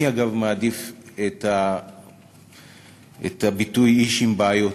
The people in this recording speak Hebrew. אני, אגב, מעדיף את הביטוי "איש עם בעיות",